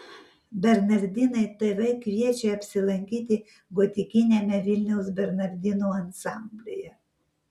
bernardinai tv kviečia apsilankyti gotikiniame vilniaus bernardinų ansamblyje